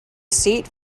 seat